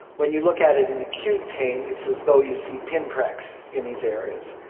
when you look at it in acute pain it's as though you see pinpricks in these areas,